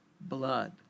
blood